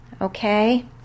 Okay